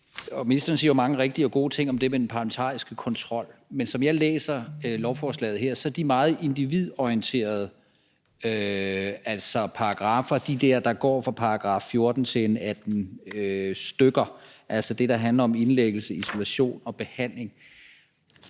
og ministeren siger jo mange rigtige og gode ting om det med den parlamentariske kontrol – så er de meget individorienterede paragraffer, der går fra § 14 og frem til omkring § 18, altså det, der handler om indlæggelse, isolation og behandling,